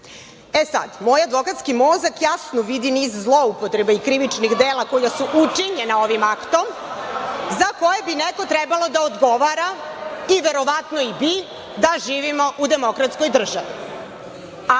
spiska. Moj advokatski mozak jasno vidi niz zloupotreba i krivičnih dela koja su učinjena ovim aktom za koje bi neko trebalo da odgovara i verovatno i bi da živimo u demokratskoj državi.